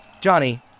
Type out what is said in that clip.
Johnny